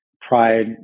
pride